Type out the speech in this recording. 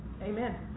Amen